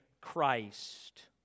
Christ